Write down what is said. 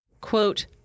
Quote